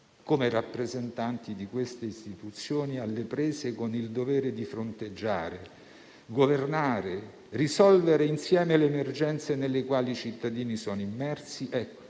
come rappresentanti delle Istituzioni alle prese con il dovere di fronteggiare, governare, risolvere insieme le emergenze nelle quali i cittadini sono immersi. Ci